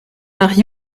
nach